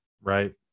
Right